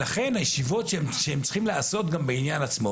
לכן הישיבות שהם צריכים לעשות בעניין זה,